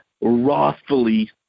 wrathfully